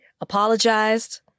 apologized